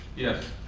yes.